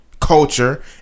Culture